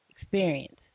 experience